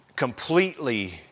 completely